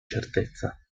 certezza